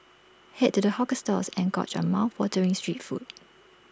Head to the hawker stalls and gorge on mouthwatering street food